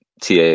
TA